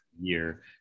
year